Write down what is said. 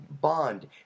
bond